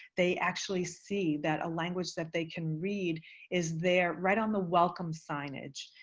they actually see that a language that they can read is there right on the welcome signage.